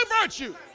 virtue